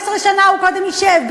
15 שנה הוא קודם ישב,